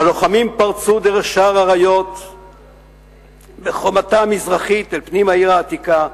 הלוחמים פרצו דרך שער האריות בחומתה המזרחית אל פנים העיר העתיקה,